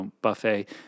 buffet